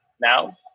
now